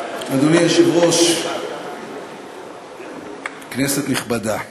היושב-ראש, כנסת נכבדה,